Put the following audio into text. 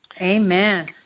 Amen